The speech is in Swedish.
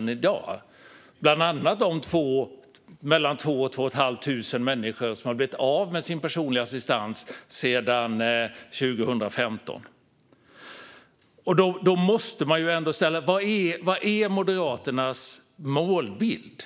Det gäller bland annat de 2 000-2 500 människor som har blivit av med sin personliga assistans sedan 2015. Vad är Moderaternas målbild?